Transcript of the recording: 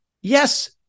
Yes